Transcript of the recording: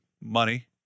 money